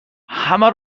همه